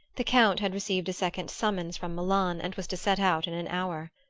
the count had received a second summons from milan and was to set out in an hour.